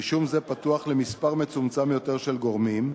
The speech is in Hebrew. רישום זה פתוח למספר מצומצם יותר של גורמים,